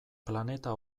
planeta